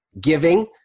giving